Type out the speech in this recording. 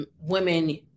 women